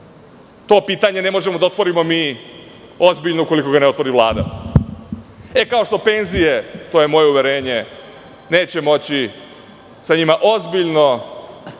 To pitanje ne možemo da otvorimo mi ukoliko ga ne otvori Vlada. Kao što penzije, to je moje uverenje neće moći, sa njima ozbiljno